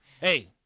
Hey